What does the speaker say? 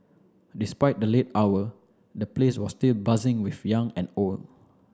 despite the late hour the place was still buzzing with young and old